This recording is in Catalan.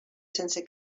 sense